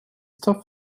tough